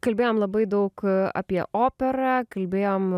kalbėjom labai daug apie operą kalbėjom